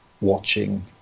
watching